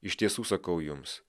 iš tiesų sakau jums